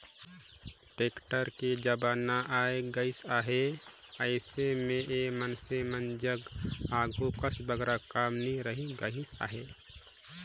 tractor कर जमाना आए गइस अहे, अइसे मे ए मइनसे मन जग आघु कस बगरा काम नी रहि गइस अहे